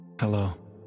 Hello